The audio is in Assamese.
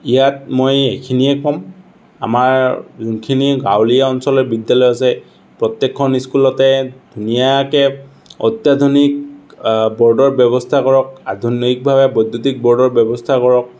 ইয়াত মই এইখিনিয়ে ক'ম আমাৰ যোনখিনি গাঁৱলীয়া অঞ্চলৰ বিদ্যালয় আছে প্ৰত্যেকখন স্কুলতে ধুনীয়াকৈ অত্যাধুনিক ব'ৰ্ডৰ ব্যৱস্থা কৰক আধুনিকভাৱে বৈদ্যুতিক বৰ্ডৰ ব্যৱস্থা কৰক